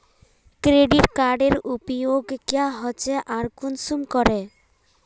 Credit कार्डेर उपयोग क्याँ होचे आर कुंसम करे?